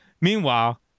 Meanwhile